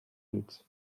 nic